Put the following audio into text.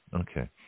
Okay